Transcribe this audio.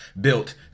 built